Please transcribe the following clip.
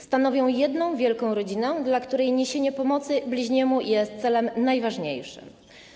Stanowią jedną wielką rodzinę, dla której niesienie pomocy bliźniemu jest celem najważniejszym.